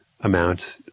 amount